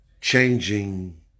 changing